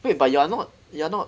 wait but you're not you're not